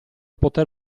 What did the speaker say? poter